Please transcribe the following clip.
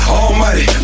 almighty